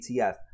etf